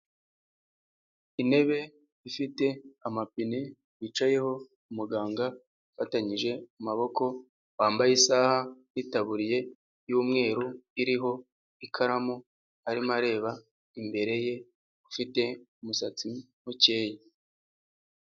Intebe ifite amapine yicayeho umuganga afatanyije amaboko wambaye isaha n'itabiriya y'umweru iriho ikaramu arimo areba imbere ye ufite umusatsi bukeya.